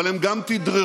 אבל הם גם תדרכו.